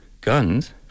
guns